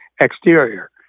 exterior